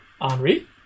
Henri